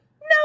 No